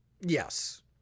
Yes